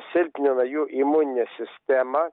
silpnina jų imuninę sistemą